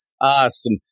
Awesome